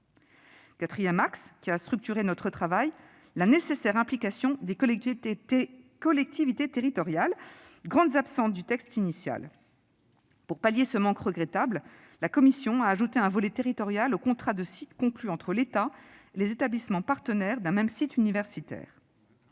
Quatrième axe structurant pour notre travail : la nécessaire implication des collectivités territoriales, grandes absentes du texte initial. Pour pallier ce manque regrettable, la commission a ajouté un volet territorial aux contrats de site conclus entre l'État et les établissements partenaires d'un même site universitaire.